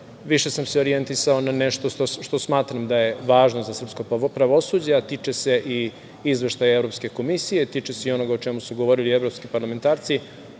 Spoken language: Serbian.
više sam se orijentisao na nešto što smatram da je važno za srpsko pravosuđe, a tiče se i Izveštaja EU, tiče se onoga i o čemu su govorili evropski parlamentarci,